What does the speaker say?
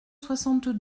soixante